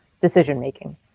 decision-making